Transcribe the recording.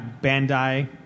Bandai